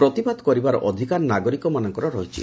ପ୍ରତିବାଦ କରିବାର ଅଧିକାର ନାଗରିକମାନଙ୍କର ରହିଛି